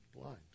blind